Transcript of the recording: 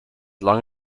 long